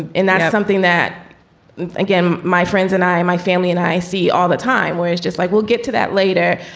and that's something that again, my friends and i, my family and i see all the time was just like, we'll get to that later.